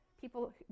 people